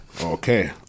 Okay